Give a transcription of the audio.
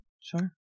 sure